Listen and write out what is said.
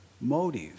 motive